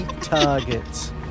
targets